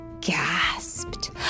gasped